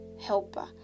helper